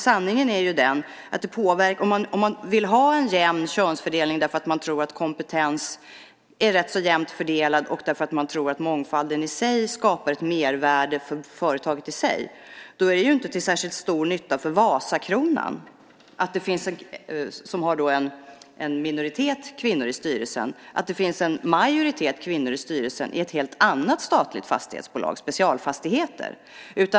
Sanningen är ju den att om man vill ha en jämn könsfördelning därför att man tror att kompetens är rätt så jämnt fördelad och att mångfalden i sig skapar ett mervärde för företaget, är det inte till särskilt stor nytta för Vasakronan, som har en minoritet kvinnor i styrelsen, att det finns en majoritet kvinnor i styrelsen i ett helt annat statligt fastighetsbolag, Specialfastigheter.